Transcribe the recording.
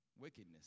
wickedness